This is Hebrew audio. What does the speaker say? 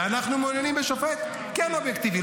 ואנחנו מעוניינים בשופט כן אובייקטיבי.